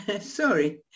sorry